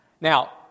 Now